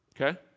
Okay